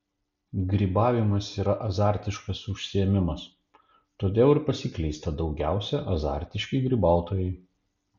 grybavimas yra azartiškas užsiėmimas todėl ir pasiklysta daugiausiai azartiški grybautojai